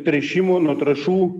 tręšimų nuo trąšų